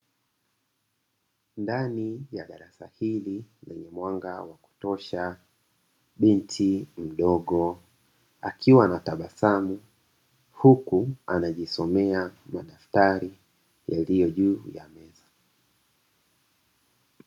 Ndani ya darasa hili lenye mwanga wa kutosha, binti mdogo akiwa anatabasamu huku anajisomea madaftari yaliyo juu ya meza.